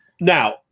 Now